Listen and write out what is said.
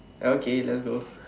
okay let's go